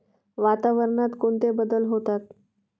वातावरणात कोणते बदल होतात?